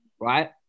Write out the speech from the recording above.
right